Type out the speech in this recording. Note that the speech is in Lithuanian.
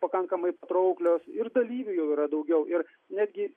pakankamai patrauklios ir dalyvių jau yra daugiau ir netgi